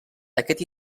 aquest